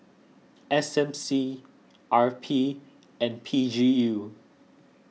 S M C R P and P G U